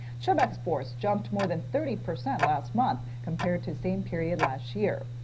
chip exports jumped more than thirty percent last month compared to same period last year.